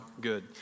Good